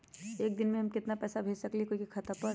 हम एक दिन में केतना पैसा भेज सकली ह कोई के खाता पर?